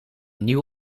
nieuw